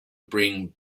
bring